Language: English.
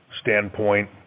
standpoint